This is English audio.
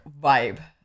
vibe